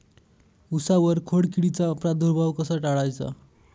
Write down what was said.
उसावर खोडकिडीचा प्रादुर्भाव कसा टाळायचा?